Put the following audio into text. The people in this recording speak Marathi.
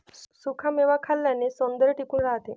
सुखा मेवा खाल्ल्याने सौंदर्य टिकून राहते